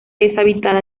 deshabitada